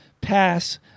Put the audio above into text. pass